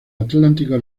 atlántico